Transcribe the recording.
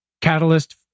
catalyst